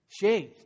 Shaved